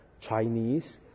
Chinese